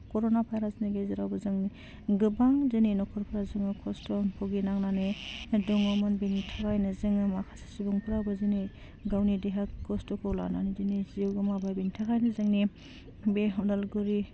कर'ना भाइरासनि गेजेरावबो जोंनि गोबां दिनै नखरफ्रा जोङो खस्थ' भुगिनांनानै दङमोन बिनि थाखायनो जोङो माखासे सुबुंफ्राबो जोंनि गावनि देहा खस्थ'खौ लानानै दिनै जिउ गोमाबाय बिनि थाखायनो जोंनि बे अदालगुरि